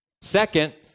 Second